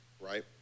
right